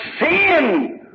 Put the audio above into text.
sin